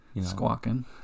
squawking